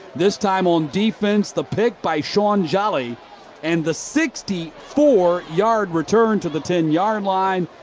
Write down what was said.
this time on defense. the pick by shaun jolly and the sixty four yard return to the ten-yard line.